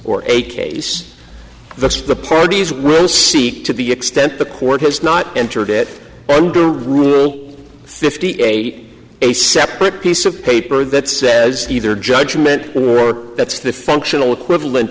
or a case of the parties will see to the extent the court has not entered it under rule fifty eight a separate piece of paper that says either judgment or that's the functional equivalent